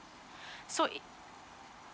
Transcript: so it